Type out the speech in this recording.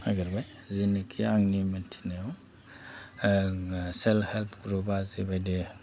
नागिरबाय जिनाखि आंनि मिन्थिनायाव सेल्फ हेल्प ग्रुपआ जेबायदि